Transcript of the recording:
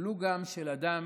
ולו של אדם